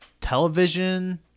television